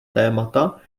témata